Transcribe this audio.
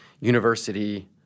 university